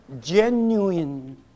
genuine